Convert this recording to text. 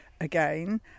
again